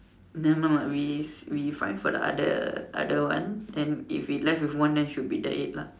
nevermind we s~ we find for the other other one then if we left with one then should be that it lah